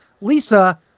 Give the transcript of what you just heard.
Lisa